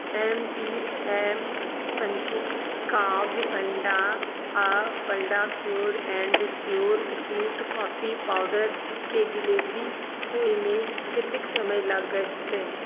M P M पञ्चकाव्य अण्डा आओर फलडा pure and sure smooth coffee पावडरके डिलिवरी होइमे कतेक समय लगतै